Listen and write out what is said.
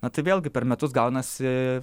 na tai vėlgi per metus gaunasi